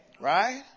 Right